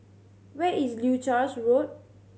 where is Leuchars Road